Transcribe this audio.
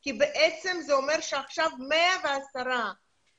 כי בעצם זה אומר שעכשיו 110 עולים